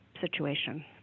situation